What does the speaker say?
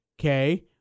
okay